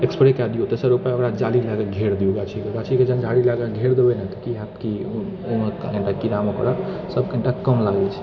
spray कए दिऔ तेसर उपाय ओकरा जाली लयके घेर दिऔ गाछीके गाछीके जखन जाली लयके घेर देबै ने की होयत कि ओहिमे कीड़ा मकोड़ा सभ कनिटा कम लागैत छै